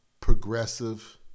progressive